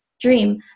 dream